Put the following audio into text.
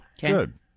Good